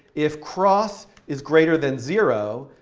if cross is greater than zero,